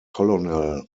colonel